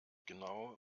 genau